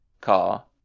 car